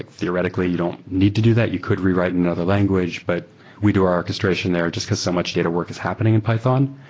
theoretically, you don't need to do that. you could rewrite in another language, but we do our orchestration just because so much data work is happening in python,